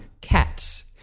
cats